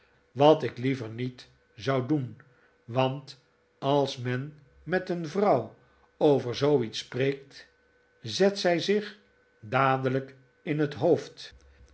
wat ik liever niet zou doen want als men met een vrouw over zooiets spreekt zet zij zich dadelijk in het hoofd